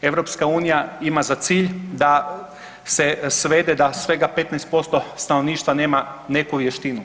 EU ima za cilj da se svede da svega 15% stanovništva nema neku vještinu.